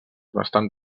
bastant